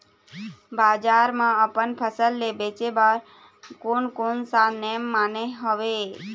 बजार मा अपन फसल ले बेचे बार कोन कौन सा नेम माने हवे?